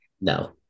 No